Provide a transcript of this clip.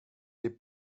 n’est